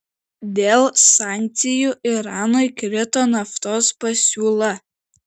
dėl sankcijų iranui krito naftos pasiūla